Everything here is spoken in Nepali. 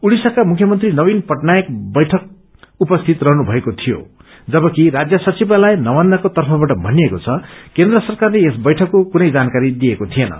ओडिशाका मुख्यमन्त्री नवीन पटनायक वैठकमा उपस्थित रहनु भएको थियो जवकि राज्य सचिवालय नवात्रको तर्फबाट भनिएको छ केन्द्र सरकारले यस बैठकको कुनै जानकारी दिएको थिएन